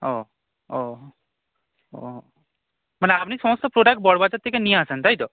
ও ও ও মানে আপনি সমস্ত প্রোডাক্ট বড়বাজার থেকে নিয়ে আসেন তাই তো